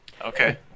Okay